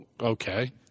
okay